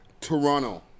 Toronto